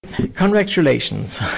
congratulations